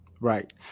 right